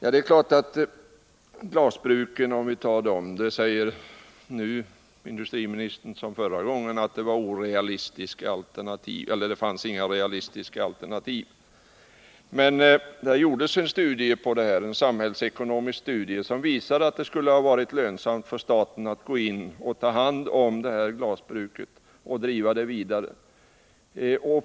Beträffande glasbruken, om vi tar dem, säger industriministern nu som förra gången att det inte fanns några realistiska alternativ. Men det gjordes en samhällsekonomisk studie som visade att det skulle ha varit lönsamt för staten att gå in och ta hand om det här glasbruket och driva det vidare.